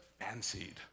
fancied